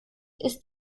ist